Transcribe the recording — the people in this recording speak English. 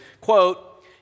quote